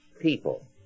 people